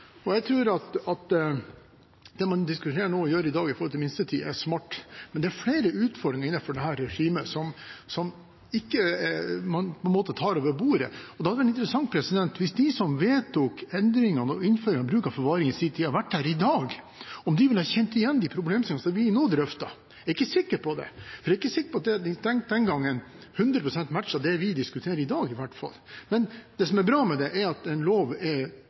det gjelder minstetiden, er smart, men det er flere utfordringer innenfor dette regimet som man på en måte ikke tar over bordet. Det hadde vært interessant, hvis de som vedtok endringene og innføringen av bruk av forvaring i sin tid, hadde vært her i dag, å se om de hadde kjent igjen de problemstillingene som vi nå drøfter. Jeg er ikke sikker på det. Jeg er ikke sikker på at det de tenkte den gangen, 100 pst. matcher det vi diskuterer i dag, i alle fall. Det som er bra med dette, er at en lov ikke er